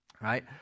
right